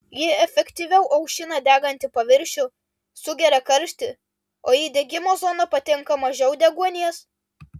ji efektyviau aušina degantį paviršių sugeria karštį o į degimo zoną patenka mažiau deguonies